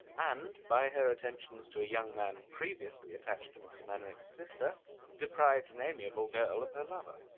and by her attentions to a young man previously attached to mr. mainwaring's sister deprived an amiable girl of her lover.